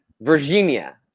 virginia